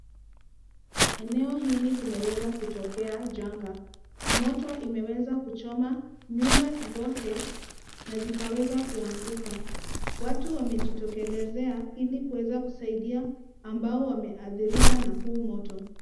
Eneo hili kumeweza kutokea janga. Moto imeweza kuchoma nyumba zote na zikaweza kuanguka. Watu wamejitokelezea ili kuweza kusaidia ambao wameathirika na huu moto.